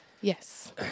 Yes